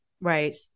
Right